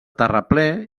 terraplè